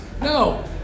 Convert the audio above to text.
No